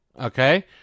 Okay